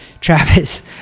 Travis